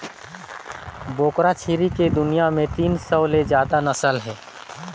बोकरा छेरी के दुनियां में तीन सौ ले जादा नसल हे